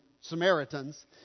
Samaritans